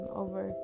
over